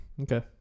Okay